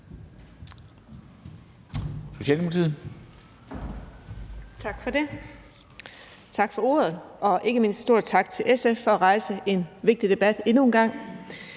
Socialdemokratiet.